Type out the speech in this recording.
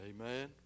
amen